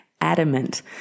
Adamant